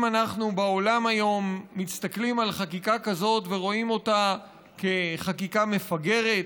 אם אנחנו בעולם היום מסתכלים על חקיקה כזאת ורואים אותה כחקיקה מפגרת,